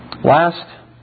Last